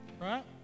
right